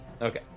okay